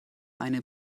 eine